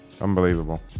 Unbelievable